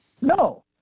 no